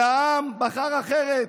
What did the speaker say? והעם בחר אחרת.